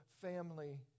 family